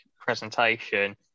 presentation